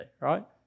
right